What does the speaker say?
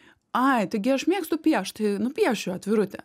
ai taigi aš mėgstu piešt tai nupiešiu atvirutę